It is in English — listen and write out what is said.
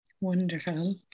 wonderful